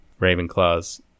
Ravenclaws